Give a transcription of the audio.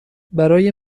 برای